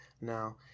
now